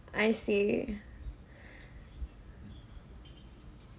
I see